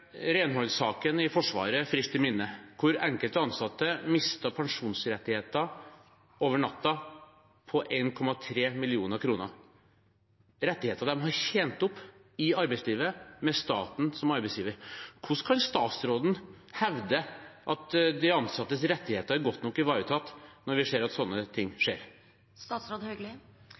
i Forsvaret friskt i minne, der enkelte ansatte mistet pensjonsrettigheter over natten, på 1,3 mill. kr – rettigheter de har tjent opp i arbeidslivet, med staten som arbeidsgiver. Hvordan kan statsråden hevde at de ansattes rettigheter er godt nok ivaretatt når vi ser at slike ting